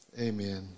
Amen